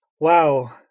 Wow